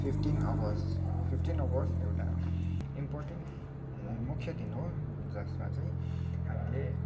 fifteen अगस्त fifteen अगस्त एउटा इम्पर्टेन्ट मुख्य दिन हो जसमा चाहिँ हामीले